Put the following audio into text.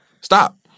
Stop